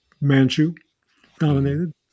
Manchu-dominated